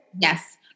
yes